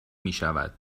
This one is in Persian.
میشود